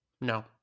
No